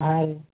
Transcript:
ಹಾಂ ರೀ